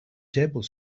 table